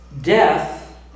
death